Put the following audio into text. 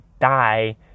die